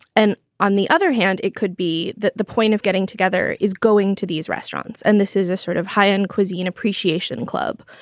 and on the other hand, it could be that the point of getting together is going to these restaurants. and this is a sort of high end cuisine appreciation club.